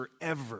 forever